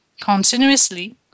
continuously